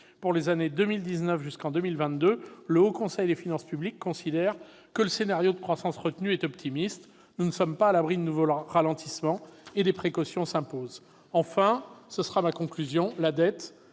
Pour les années 2019 à 2022, le Haut Conseil des finances publiques considère que le scénario de croissance retenu est optimiste. Nous ne sommes pas à l'abri de nouveaux ralentissements, et des précautions s'imposent. La dette est le troisième et dernier